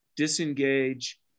disengage